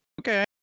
Okay